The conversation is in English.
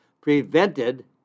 prevented